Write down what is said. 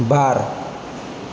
बार